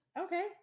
Okay